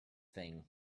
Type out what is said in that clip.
thing